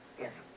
Yes